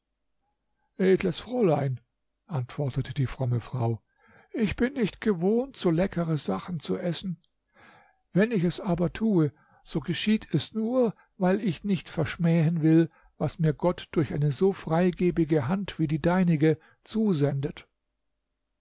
edles fräulein antwortete die fromme frau ich bin nicht gewohnt so leckere sachen zu essen wenn ich es aber tue so geschieht es nur weil ich nicht verschmähen will was mir gott durch eine so freigebige hand wie die deinige zusendet